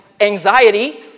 anxiety